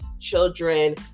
children